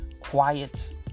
quiet